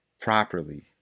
properly